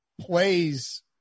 plays